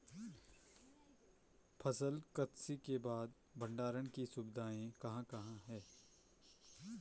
फसल कत्सी के बाद भंडारण की सुविधाएं कहाँ कहाँ हैं?